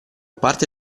parte